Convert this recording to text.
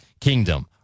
kingdom